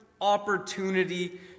opportunity